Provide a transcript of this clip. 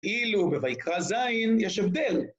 אילו בויקרא ז' יש הבדל.